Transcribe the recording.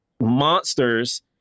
Monsters